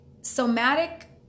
Somatic